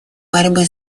борьбы